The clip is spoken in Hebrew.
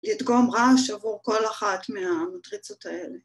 ‫לדגום רעש עבור כל אחת ‫מהמטריצות האלה.